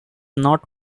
not